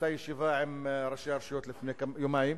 באותה ישיבה עם ראשי הרשויות לפני יומיים.